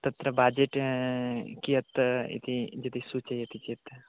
तत्र बाजेट् कियत् इति यदि सूचयति चेत्